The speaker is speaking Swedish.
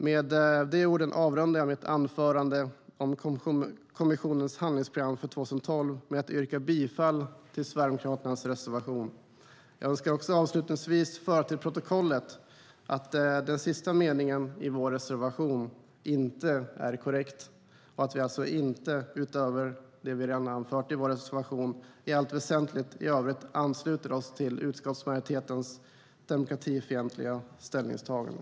Med de orden avrundar jag mitt anförande om kommissionens handlingsprogram för 2012 med att yrka bifall till Sverigedemokraternas reservation. Jag önskar också avslutningsvis föra till protokollet att den sista meningen i vår reservation inte är korrekt och att vi alltså inte - utöver det vi har anfört i vår reservation - i övriga frågor i allt väsentligt ansluter oss till utskottsmajoritetens demokratifientliga ställningstagande.